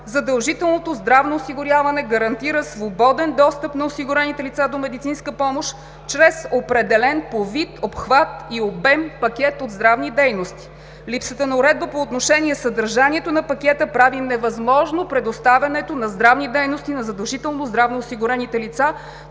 задължителното здравно осигуряване гарантира свободен достъп на осигурените лица до медицинска помощ чрез определен по вид, обхват и обем пакет от здравни дейности. Липсата на уредба по отношение съдържанието на пакета прави невъзможно предоставянето на здравни дейности на задължително здравно осигурените лица,